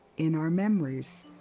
in our memories.